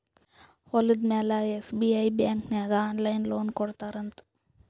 ಹೊಲುದ ಮ್ಯಾಲ SBI bank ನಾಗ್ ಆನ್ಲೈನ್ ಲೋನ್ ಕೊಡ್ತಾರ್ ಅಂತ್